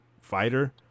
fighter